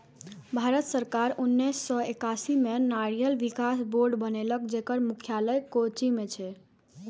भारत सरकार उन्नेस सय एकासी मे नारियल विकास बोर्ड बनेलकै, जेकर मुख्यालय कोच्चि मे छै